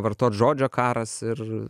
vartot žodžio karas ir